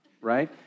right